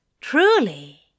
Truly